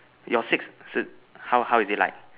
your six how how is it like